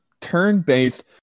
turn-based